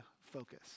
focus